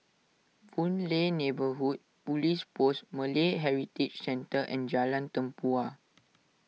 Boon Lay Neighbourhood Police Post Malay Heritage Centre and Jalan Tempua